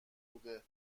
بوده